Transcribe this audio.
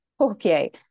okay